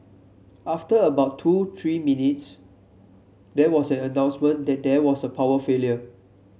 after about two to three minutes there was an announcement that there was a power failure